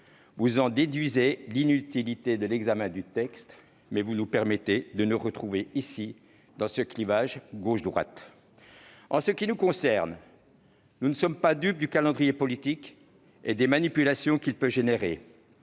vous en déduisez l'inutilité de l'examen de ce dernier. Toutefois, vous nous permettez de retrouver ici le clivage gauche-droite. En ce qui nous concerne, nous ne sommes pas dupes du calendrier politique et des manipulations que celui-ci peut engendrer.